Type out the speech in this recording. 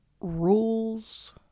rules